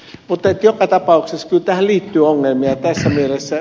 mutta joka tapauksessa kyllä tähän liittyy ongelmia tässä mielessä